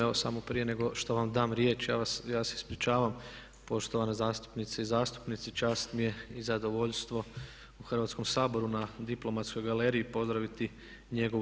Evo samo prije nego što vam dam riječ, ja se ispričavam poštovane zastupnice i zastupnici, čast mi je i zadovoljstvo u Hrvatskom saboru na diplomatskoj galeriji pozdraviti Nj.